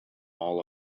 all